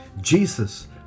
Jesus